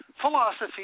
philosophy